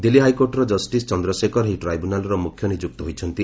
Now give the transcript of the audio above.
ଦିଲ୍ଲୀ ହାଇକୋର୍ଟର ଜଷ୍ଟିସ୍ ଚନ୍ଦ୍ରଶେଖର ଏହି ଟ୍ରାଇବୁନାଲ୍ର ମୁଖ୍ୟ ନିଯୁକ୍ତ ହୋଇଛନ୍ତି